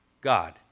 God